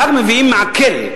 אחריו מביאים מעקל,